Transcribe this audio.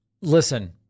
Listen